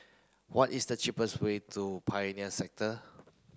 what is the cheapest way to Pioneer Sector